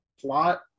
plot